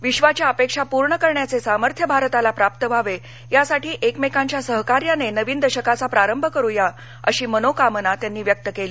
विश्वाच्या अपेक्षा पूर्ण करण्याचे सामर्थ्य भारताला प्राप्त व्हावे यासाठी एकमेकांच्या सहकार्याने नवीन दशकाचा प्रारंभ करूया अशी मनोकामना त्यांनी व्यक्त केली